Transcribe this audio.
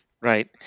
Right